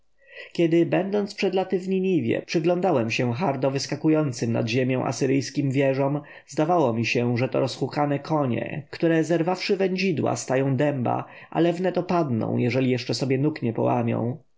kiedy będąc przed laty w niniwie przyglądałem się hardo wyskakującym nad ziemię asyryjskim wieżom zdawało mi się że to rozhukane konie które zerwawszy wędzidła stają dęba ale wnet opadną jeżeli jeszcze nóg sobie nie połamią